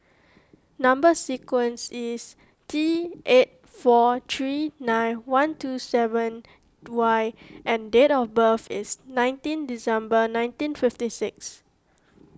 Number Sequence is T eight four three nine one two seven Y and date of birth is nineteen December nineteen fifty six